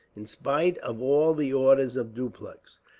in spite of all the orders of dupleix,